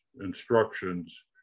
instructions